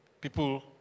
people